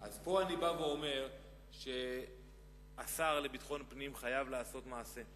פה אני בא ואומר שהשר לביטחון פנים חייב לעשות מעשה.